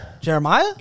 Jeremiah